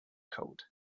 code